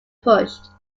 pushed